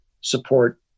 support